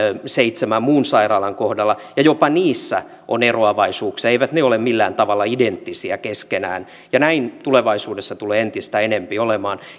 seitsemän muun sairaalan kohdalla jopa niissä on eroavaisuuksia eivät ne ole millään tavalla identtisiä keskenään ja näin tulevaisuudessa tulee entistä enempi olemaan